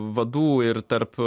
vadų ir tarp